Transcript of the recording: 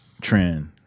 trend